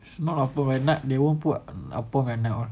சும்மாஅப்பஎன்ன:summa appa enna put at night they wouldn't put appam at night one